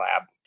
lab